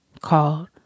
called